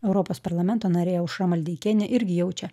europos parlamento narė aušra maldeikienė irgi jaučia